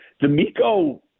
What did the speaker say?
D'Amico